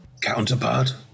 Counterpart